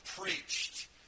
preached